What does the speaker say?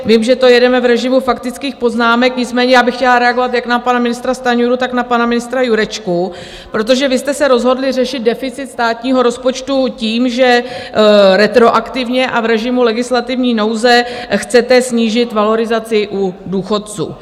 Vím, že to jedeme v režimu faktických poznámek, nicméně bych chtěla reagovat jak na pana ministra Stanjuru, tak na pana ministra Jurečku, protože vy jste se rozhodli řešit deficit státního rozpočtu tím, že retroaktivně a v režimu legislativní nouze chcete snížit valorizaci u důchodců.